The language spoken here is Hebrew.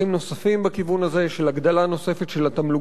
של הגדלה נוספת של התמלוגים המובטחים לכותבים.